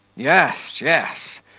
yes, yes,